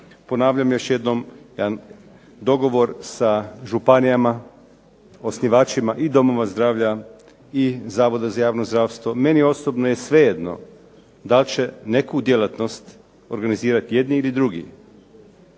Ponavljam još jednom, dogovor sa županijama osnivačima i domova zdravlja i Zavoda za javno zdravstvo, meni osobno je svejedno dali će neku djelatnost organizirati jedni ili drugi.